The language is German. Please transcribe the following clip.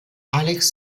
alex